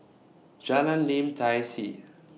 Jalan Lim Tai See